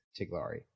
Tiglari